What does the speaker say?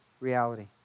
reality